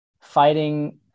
Fighting